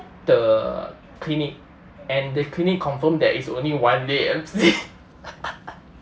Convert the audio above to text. the clinic and the clinic confirmed that it's only one day M_C